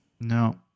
No